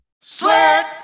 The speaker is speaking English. Sweat